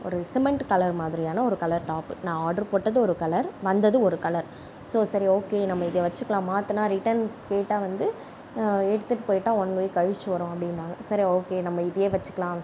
ஒரு cement colour மாதிரியான ஒரு கலர் டாப் நான் ஆர்டர் போட்டது ஒரு கலர் வந்தது ஒரு கலர் ஸோ சரி ஓகே நம்ம இதை வச்சுக்கலாம் மாற்றினால் ரிட்டன் கேட்டால் வந்து எடுத்துட்டுப் போய்ட்டால் ஒன் வீக் கழிச்சு வரும் அப்படினாக சரி ஓகே நம்ம இதே வச்சுக்கலாம்